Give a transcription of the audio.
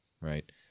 right